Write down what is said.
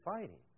fighting